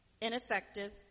ineffective